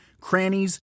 crannies